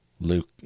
Luke